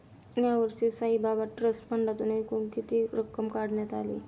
यावर्षी साईबाबा ट्रस्ट फंडातून एकूण किती रक्कम काढण्यात आली?